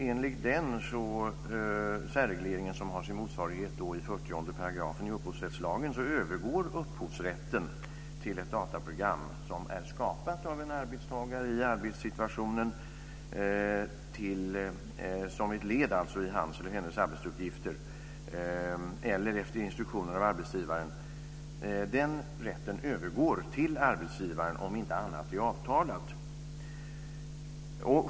Enligt denna, som har sin motsvarighet i 40 § upphovsrättslagen, övergår upphovsrätten till ett dataprogram som är skapat av en arbetstagare i arbetssituationen - som ett led i hans eller hennes arbetsuppgifter eller efter instruktioner av arbetsgivaren - till arbetsgivaren om inte annat är avtalat.